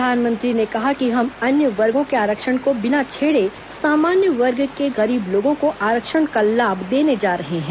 प्रधानमंत्री ने कहा कि हम अन्य वर्गों के आरक्षण को बिना छेड़े सामान्य वर्ग के गरीब लोगों को आरक्षण का लाभ देने जा रहे हैं